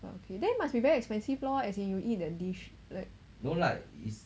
okay then it must be very expensive lor as in you eat that dish like